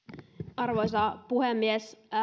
arvoisa puhemies